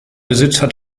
besitzer